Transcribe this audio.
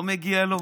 לא מגיע לו?